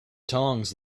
tongs